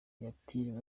yitiriwe